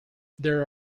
there